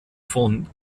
von